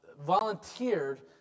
volunteered